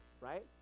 right